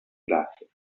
glasses